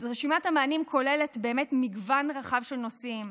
אז רשימת המענים כוללת באמת מגוון רחב של נושאים: